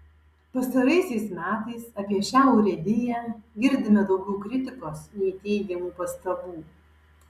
pastaraisiais metais apie šią urėdiją girdime daugiau kritikos nei teigiamų pastabų